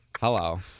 Hello